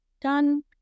done